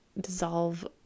dissolve